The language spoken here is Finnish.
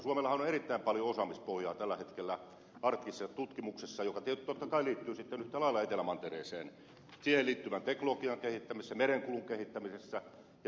suomellahan on erittäin paljon osaamispohjaa tällä hetkellä arktisessa tutkimuksessa joka totta kai liittyy sitten yhtä lailla etelämantereeseen siihen liittyvän teknologian kehittämiseen ja merenkulun kehittämiseen